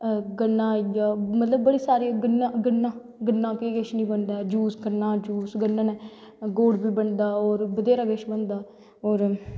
गन्ना मतलव बड़े सारे गन्ना गन्ने दा केह् किश नी बनदा ऐ यूस गन्ने दा गुड़ बी बनदा और बत्थेरा किश बनदा और